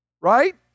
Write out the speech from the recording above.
right